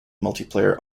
multiplayer